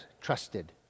trusted